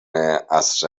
عصر